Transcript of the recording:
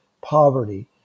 poverty